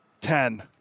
Ten